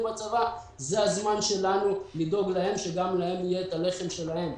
בצבא זה הזמן שלנו לדאוג להם שגם להם יהיה את הלחם שלהם.